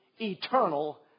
eternal